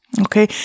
Okay